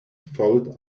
folded